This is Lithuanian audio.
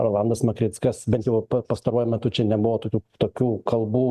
rolandas makrickas bent jau pastaruoju metu čia nebuvo tokių tokių kalbų